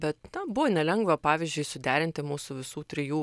bet na buvo nelengva pavyzdžiui suderinti mūsų visų trijų